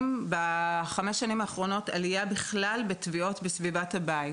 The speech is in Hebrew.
בחמש השנים האחרונות אנחנו רואים עלייה בטביעות בסביבת הבית.